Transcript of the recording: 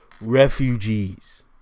Refugees